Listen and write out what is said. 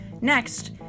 Next